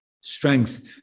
strength